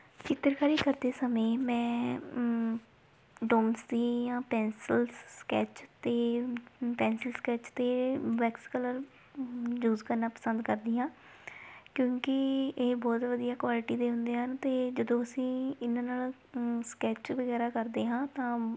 ਚਿੱਤਰਕਾਰੀ ਕਰਦੇ ਸਮੇਂ ਮੈਂ ਡੋਮਸ ਦੀਆਂ ਪੈਂਸਿਲਸ ਸਕੈਚ ਅਤੇ ਪੈਂਸਿਲਸ ਸਕੈਚ ਅਤੇ ਵੈਕਸ ਕਲਰ ਯੂਜ਼ ਕਰਨਾ ਪਸੰਦ ਕਰਦੀ ਹਾਂ ਕਿਉਂਕਿ ਇਹ ਬਹੁਤ ਵਧੀਆ ਕੁਆਲਿਟੀ ਦੇ ਹੁੰਦੇ ਹਨ ਅਤੇ ਜਦੋਂ ਅਸੀਂ ਇਹਨਾਂ ਨਾਲ ਸਕੈਚ ਵਗੈਰਾ ਕਰਦੇ ਹਾਂ ਤਾਂ